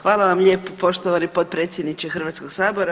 Hvala vam lijepo poštovani potpredsjedniče Hrvatskog sabora.